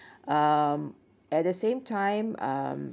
um at the same time um